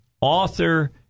author